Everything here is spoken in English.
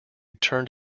turned